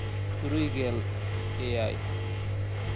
ᱛᱩᱨᱩᱭ ᱜᱮᱞ ᱮᱭᱟᱭ